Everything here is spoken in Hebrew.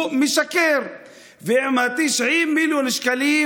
הוא משקר, ו-90 מיליארד שקלים